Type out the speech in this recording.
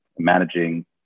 managing